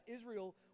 Israel